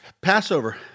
Passover